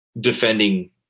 defending